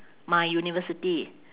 my university